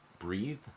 breathe